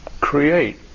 create